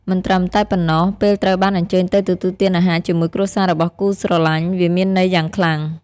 មិនត្រឹមតែប៉ុណ្ណោះ ពេលត្រូវបានអញ្ជើញទៅទទួលទានអាហារជាមួយគ្រួសាររបស់គូស្រលាញ់ វាមានន័យយ៉ាងខ្លាំង។